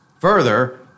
Further